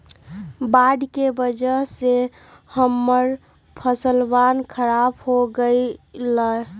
बाढ़ के वजह से हम्मर फसलवन खराब हो गई लय